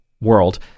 world